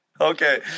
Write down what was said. Okay